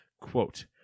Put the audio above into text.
quote